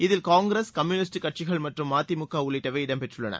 இதில் Congress communist கட்சிகள் மற்றும் மதிமுக உள்ளிட்டவை இடம்பெற்றுள்ளன